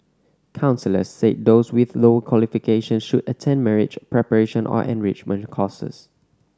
counsellors said those with lower qualifications should attend marriage preparation or enrichment courses